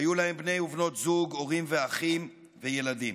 היו להם בני ובנות זוג, הורים ואחים וילדים,